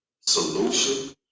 solution